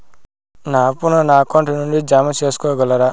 నా అప్పును నా అకౌంట్ నుండి జామ సేసుకోగలరా?